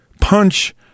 punch